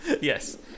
Yes